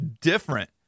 different